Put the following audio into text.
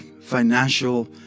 financial